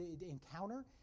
encounter